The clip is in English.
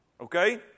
Okay